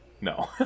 No